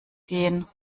gehen